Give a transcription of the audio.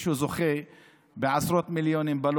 כשמישהו זוכה בעשרות מיליונים.